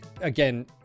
again